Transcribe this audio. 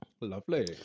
lovely